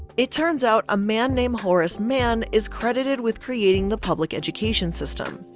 it turns out a man named horace mann, is credited with creating the public education system.